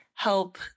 help